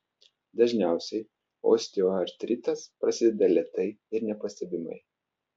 dažniausiai osteoartritas prasideda lėtai ir nepastebimai